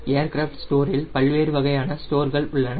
aircraft ஸ்டோரில் பல்வேறு வகையான ஸ்டோர்கள் உள்ளன